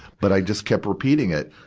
but i just kept repeating it